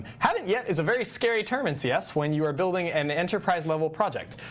haven't yet it's a very scary term in cs when you are building an enterprise level project.